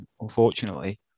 unfortunately